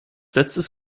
letztes